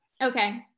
Okay